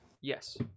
Yes